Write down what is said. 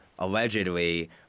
allegedly